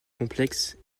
complexe